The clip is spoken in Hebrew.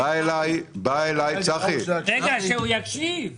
בא אליי --- רגע, שיקשיב לך.